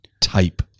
type